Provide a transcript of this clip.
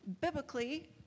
biblically